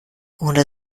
oder